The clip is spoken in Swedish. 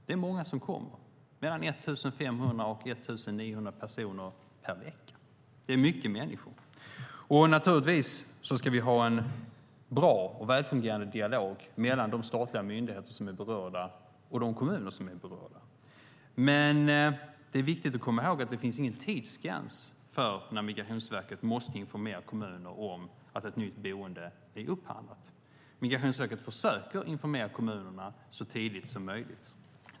Det är många som kommer, mellan 1 500 och 1 900 personer per vecka. Det är många människor. Naturligtvis ska vi ha en bra och välfungerande dialog mellan de statliga myndigheter och de kommuner som är berörda. Men det är viktigt att komma ihåg att det inte finns någon tidsgräns för när Migrationsverket måste informera kommuner om att ett nytt boende är upphandlat. Migrationsverket försöker att informera kommunerna så tidigt som möjligt.